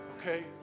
Okay